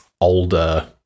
older